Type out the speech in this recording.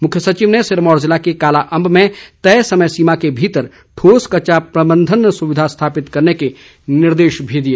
मुख्य सचिव ने सिरमौर जिले के काला अंब में तय समय सीमा के भीतर ठोस कचरा प्रबंधन सुविधा स्थापित करने के निर्देश भी दिए